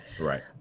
Right